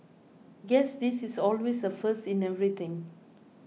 guess this is always a first in everything